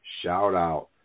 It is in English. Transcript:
shout-out